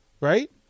Right